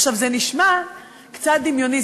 זה נשמע קצת דמיוני,